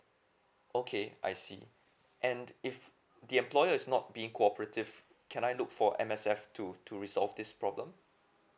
okay I see and if the employer is not being cooperative can I look for M_S_F to to resolve this problem